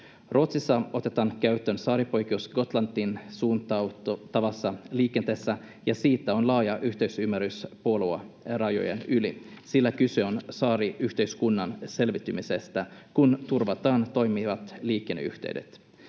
Ruotsissa otetaan käyttöön saaripoikkeus Gotlantiin suuntautuvassa liikenteessä, ja siitä on laaja yhteisymmärrys puoluerajojen yli, sillä kyse on saariyhteiskunnan selviytymisestä, kun turvataan toimivat liikenneyhteydet.